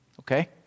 okay